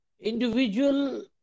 individual